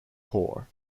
core